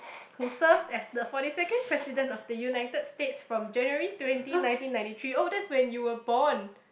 who served as the forty second president of the United States from January twenty nineteen ninety three oh that's when you were born